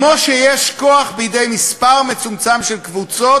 כמו שיש כוח בידי מספר מצומצם של קבוצות